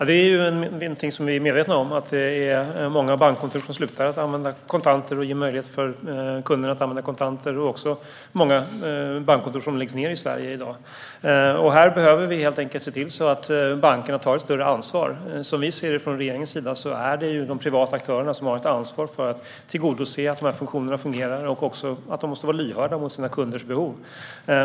Fru talman! Vi är medvetna om att det är många bankkontor som slutar att använda kontanter och ge möjlighet för kunder att använda kontanter. Det är också många bankkontor som läggs ned i Sverige i dag. Vi behöver helt enkelt se till att bankerna tar ett större ansvar. Som regeringen ser det är det de privata aktörerna som har ett ansvar för att tillgodose att de här funktionerna fungerar. De måste vara lyhörda för sina kunders behov.